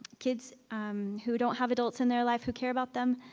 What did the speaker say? kids who don't have adults in their life who care about them,